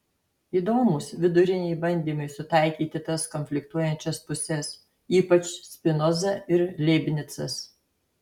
įdomūs viduriniai bandymai sutaikyti tas konfliktuojančias puses ypač spinoza ir leibnicas